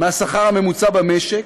מהשכר הממוצע במשק,